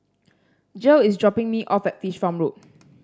Gil is dropping me off at Fish Farm Road